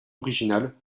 originale